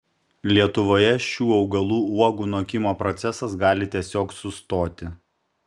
lietuvoje šių augalų uogų nokimo procesas gali tiesiog sustoti